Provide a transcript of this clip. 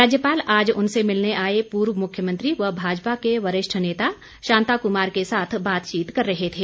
राज्यपाल आज उनसे मिलने आए पूर्व मुख्यमंत्री व भाजपा के वरिष्ठ नेता शांता कुमार के साथ बातचीत कर रहे थे